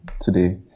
today